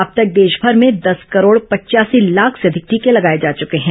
अब तक देशभर में दस करोड़ पचयासी लाख से अधिक टीके लगाए जा चुके हैं